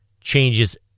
changes